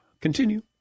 Continue